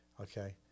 okay